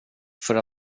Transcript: för